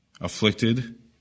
afflicted